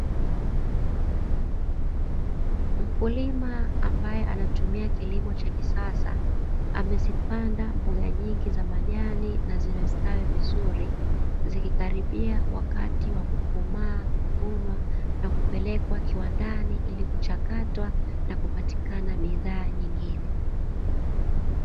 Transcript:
Mkulima ambaye anatumia kilimo cha kisasa, amezipanda mboga nyingi za majani na zimestawi vizuri, zikikaribia wakati wa kukomaa, kuvunwa na kupelekwa kiwandani ili kuchakatwa na kupatikana bidhaa nyingine.